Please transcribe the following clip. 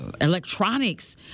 electronics